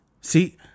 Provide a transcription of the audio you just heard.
See